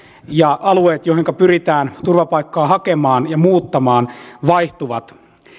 ja alueet joihinka pyritään turvapaikkaa hakemaan ja muuttamaan vaihtuvat